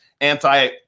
anti